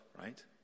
right